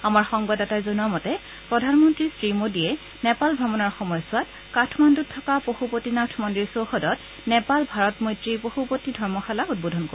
আমাৰ সংবাদদাতাই জনোৱা মতে প্ৰধানমন্ত্ৰীৰ নেপাল ভ্ৰমণৰ সময়ছোৱাত কাঠমাণ্ডত থকা পশুপটিনাথ মন্দিৰ চৌহদত নেপাল ভাৰত মৈত্ৰী পশুপতি ধৰ্মশালা উদ্বোধন কৰিব